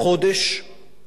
אנחנו נוביל את זה.